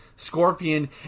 Scorpion